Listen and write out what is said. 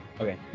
Okay